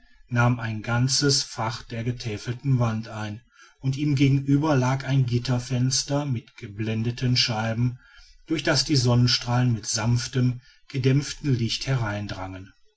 nahm ein ganzes fach der getäfelten wand ein und ihm gegenüber lag ein gitterfenster mit geblendeten scheiben durch das die sonnenstrahlen mit sanftem gedämpftem licht